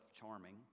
charming